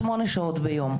שמונה שעות ביום.